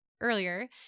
earlier